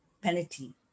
penalty